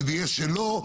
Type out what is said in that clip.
שזה יהיה שלו,